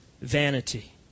vanity